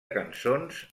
cançons